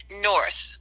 north